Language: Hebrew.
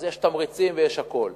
אז יש תמריצים ויש הכול.